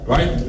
Right